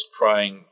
trying